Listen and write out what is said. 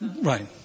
Right